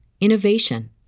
innovation